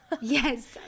Yes